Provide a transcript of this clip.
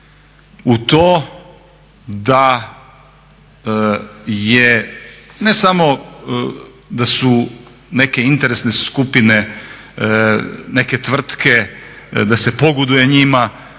u to da je ne samo da su neke interesne skupine, neke tvrtke da se pogoduje njima